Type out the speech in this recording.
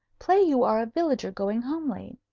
play you are a villager going home late.